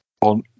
on